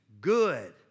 good